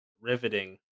riveting